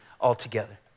altogether